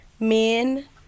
Men